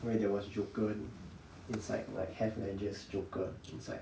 where there was joker inside like heath ledger's joker inside